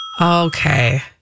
Okay